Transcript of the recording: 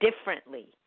differently